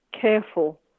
careful